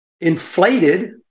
inflated